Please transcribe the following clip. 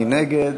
מי נגד?